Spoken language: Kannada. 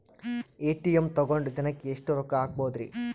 ಎ.ಟಿ.ಎಂ ತಗೊಂಡ್ ದಿನಕ್ಕೆ ಎಷ್ಟ್ ರೊಕ್ಕ ಹಾಕ್ಬೊದ್ರಿ?